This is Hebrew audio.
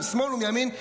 משמאל ומימין,